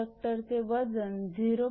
कंडक्टरचे वजन 0